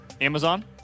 Amazon